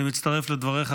אני מצטרף לדבריך,